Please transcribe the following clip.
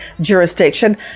jurisdiction